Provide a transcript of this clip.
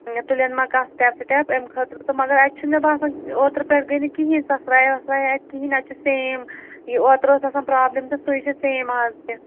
تُلن ما کانٛہہ سِٹیٚپ سِٹیٚپ اَمہِ خٲطرٕ تہٕ مگر اَتہِ چھُنہٕ مےٚ باسان اوترٕ پٮ۪ٹھ گٔے نہٕ کِہیٖنۍ سۅسرایا وۅسرایا اَتہِ کِہیٖنۍ اَتہِ چھُ سیم یہِ اوترٕ ٲس آسان پرٛابلِم تہٕ سُے چھِ سیم اَز تہِ